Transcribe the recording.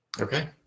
Okay